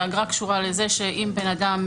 האגרה קשורה לזה שאם בן אדם,